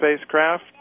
spacecraft